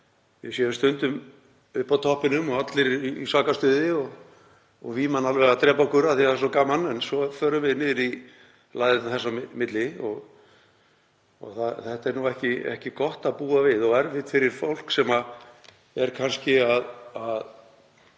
við séum stundum uppi á toppnum og allir í svaka stuði og víman alveg að drepa okkur af því að það er svo gaman en svo förum við niður í lægðir til þess á milli. Þetta er ekki gott að búa við og erfitt fyrir fólk sem er kannski að